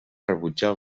rebutjar